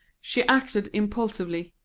she acted impulsively,